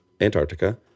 Antarctica